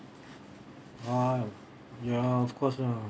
oh ya of course lah